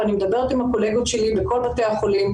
ואני מדברת עם הקולגות שלי בכל בתי החולים,